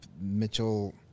Mitchell